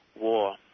war